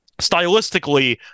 stylistically